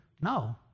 No